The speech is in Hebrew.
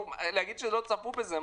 להגיד שלא צפו את זה?